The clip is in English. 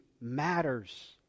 matters